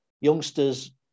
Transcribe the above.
youngsters